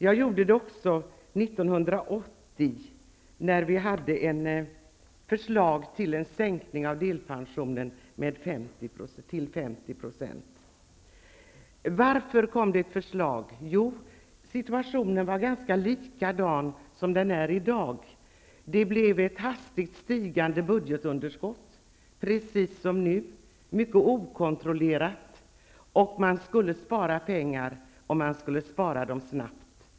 Jag gjorde det också 1980, när vi till behandling hade ett förslag om sänkning av delpensionen till 50 %. Varför kom det ett sådant förslag? Jo, situationen var ganska lik den som råder i dag. Det blev ett hastigt stigande budgetunderskott, precis som nu mycket okontrollerat. Man skulle spara pengar och man skulle spara dem snabbt.